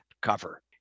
cover